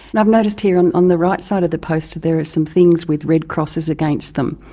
and i've noticed here on on the right side of the poster there are some things with red crosses against them,